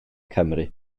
cymru